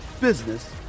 business